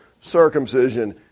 circumcision